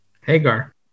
Hagar